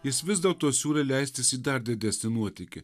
jis vis dėlto siūlė leistis į dar didesnį nuotykį